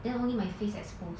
then only my face exposed